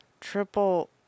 triple